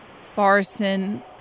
Farson